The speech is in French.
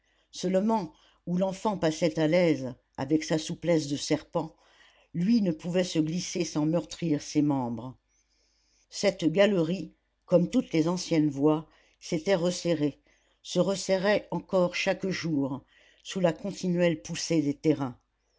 seulement où l'enfant passait à l'aise avec sa souplesse de serpent lui ne pouvait se glisser sans meurtrir ses membres cette galerie comme toutes les anciennes voies s'était resserrée se resserrait encore chaque jour sous la continuelle poussée des terrains